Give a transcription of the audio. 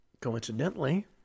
Coincidentally